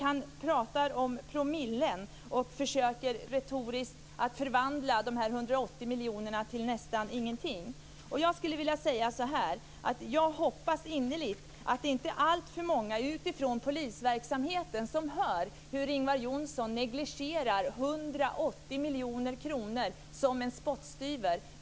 Han pratar om promille och försöker retoriskt förvandla de 180 miljonerna till nästan ingenting. Jag hoppas innerligt att inte alltför många utifrån polisverksamheten hör hur Ingvar Johnsson negligerar 180 miljoner kronor som en spottstyver.